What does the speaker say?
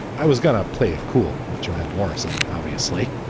i was gonna play it cool with johanna morrison. obviously,